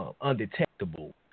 undetectable